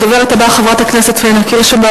הדוברת הבאה היא חברת הכנסת פניה קירשנבאום,